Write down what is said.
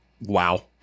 Wow